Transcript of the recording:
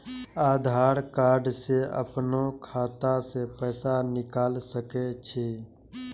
आधार कार्ड से अपनो खाता से पैसा निकाल सके छी?